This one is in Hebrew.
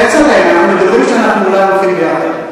כצל'ה, מדברים שאולי אנחנו הולכים ביחד.